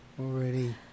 Already